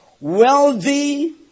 wealthy